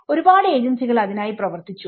ഒരുപാട് ഏജൻസികൾ അതിനായി പ്രവർത്തിച്ചു